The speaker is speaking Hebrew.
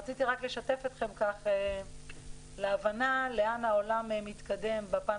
רציתי לשתף אתכם להבנה לאן העולם מתקדם בפן